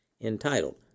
entitled